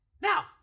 Now